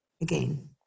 Again